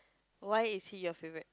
why is he your favorite